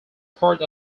part